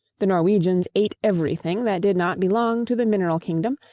the norwegians ate everything that did not belong to the mineral kingdom,